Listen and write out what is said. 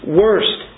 worst